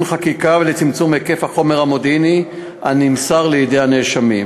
חקיקה לצמצום היקף החומר המודיעיני הנמסר לידי נאשמים,